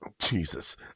Jesus